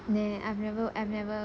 meh I've never I've never